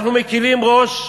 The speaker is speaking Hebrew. אנחנו מקלים ראש,